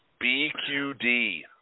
BQD